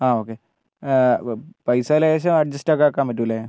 ആ ഓക്കെ പൈസ ലേശം അഡ്ജസ്റ്റ് ഒക്കെ ആക്കാൻ പറ്റൂലേ